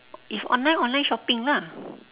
if online online shopping lah